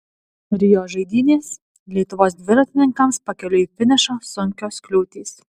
rio žaidynės lietuvos dviratininkams pakeliui į finišą sunkios kliūtys